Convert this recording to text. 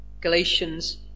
Galatians